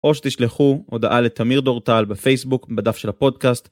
או שתשלחו הודעה לתמיר דורטל בפייסבוק בדף של הפודקאסט.